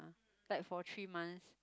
like for three months